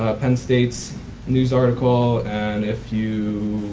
ah penn state's news article and if you